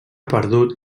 perdut